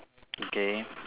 okay